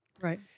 Right